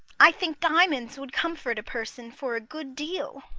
i think diamonds would comfort a person for a good deal.